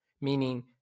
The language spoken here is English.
meaning